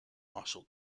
martial